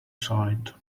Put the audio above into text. side